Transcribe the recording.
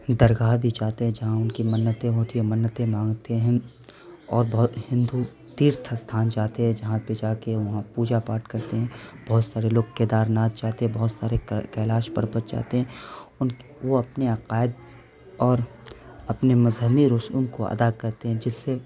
درگاہ بھی جاتے ہیں جہاں ان کی منتیں ہوتی ہیں منتیں مانگتے ہیں اور بہت ہندو تیرتھ استھان جاتے ہیں جہاں پہ جا کے وہاں پوجا پاٹھ کرتے ہیں بہت سارے لوگ کیدارناتھ جاتے ہیں بہت سارے کیلاش پربت جاتے ہیں ان کے وہ اپنے عقائد اور اپنے مذہنی رسوم کو ادا کرتے ہیں جس سے